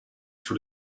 for